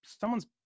Someone's